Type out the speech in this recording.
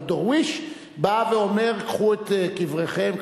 אבל דרוויש בא ואומר: קחו את קבריכם,